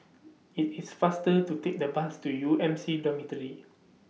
IT IS faster to Take The Bus to U M C Dormitory